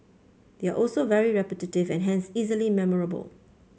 they are also very repetitive and hence easily memorable